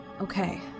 Okay